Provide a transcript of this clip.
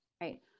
Right